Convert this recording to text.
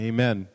Amen